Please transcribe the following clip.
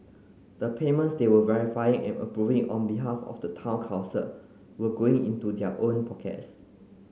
the payments they were verifying and approving on behalf of the town council were going into their own pockets